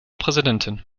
präsidentin